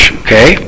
okay